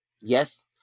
yes